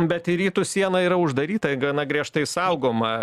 bet į rytus siena yra uždarytair gana griežtai saugoma